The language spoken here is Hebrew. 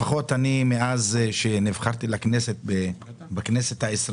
לפחות אני מאז שנבחרתי בכנסת ה-20